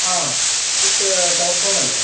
ആ ഈ top form അല്ലേ